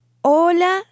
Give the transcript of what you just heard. Hola